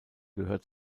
gehört